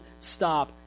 stop